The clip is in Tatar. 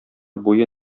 буе